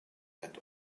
and